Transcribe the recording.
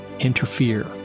interfere